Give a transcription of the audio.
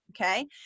Okay